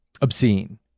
obscene